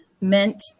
meant